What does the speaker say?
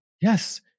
Yes